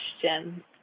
question